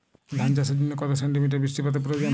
ধান চাষের জন্য কত সেন্টিমিটার বৃষ্টিপাতের প্রয়োজন?